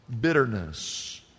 bitterness